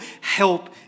help